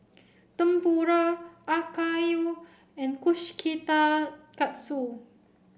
Tempura Akayu and